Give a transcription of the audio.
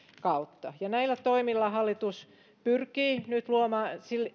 kautta näillä toimilla hallitus pyrkii nyt luomaan